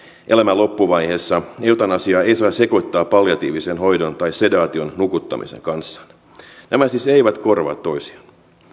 elämän loppuvaiheessa eutanasiaa ei saa sekoittaa palliatiiviseen hoitoon tai sedaatioon nukuttamiseen nämä siis eivät korvaa toisiaan